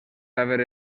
haver